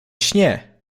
śnię